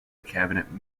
cabinet